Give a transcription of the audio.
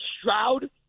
Stroud